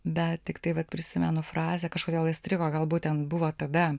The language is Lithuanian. bet tiktai vat prisimenu frazę kažkodėl įstrigo galbūt ten buvo tada